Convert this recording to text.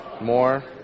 more